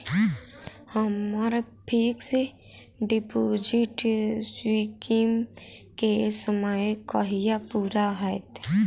हम्मर fix deposit scheme केँ समय कहिया पूरा हैत?